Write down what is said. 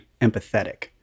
empathetic